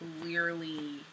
clearly